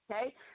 Okay